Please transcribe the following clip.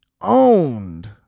owned